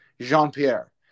Jean-Pierre